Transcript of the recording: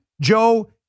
Joe